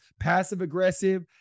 passive-aggressive